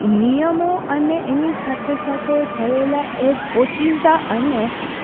નિયમો અને એની સાથે સાથે થયેલા એક ઓચિંતા અને